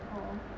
oh